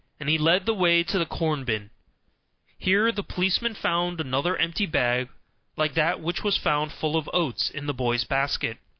and he led the way to the corn-bin. here the policeman found another empty bag like that which was found full of oats in the boy's basket.